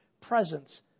presence